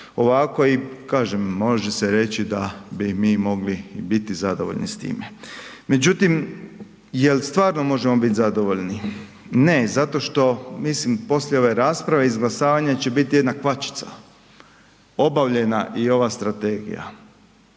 ovako i kažem, može se reći da bi mi mogli biti zadovoljni s time. Međutim, je li stvarno možemo biti zadovoljni? Ne, zato što, mislim poslije ove rasprave i izglasavanja će biti jedna kvačica. Obavljena i ova Strategija,